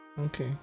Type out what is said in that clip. okay